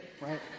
right